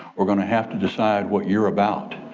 we're gonna have to decide what you're about.